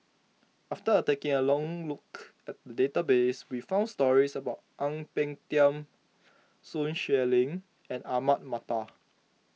after taking a look at the database we found stories about Ang Peng Tiam Sun Xueling and Ahmad Mattar